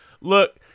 Look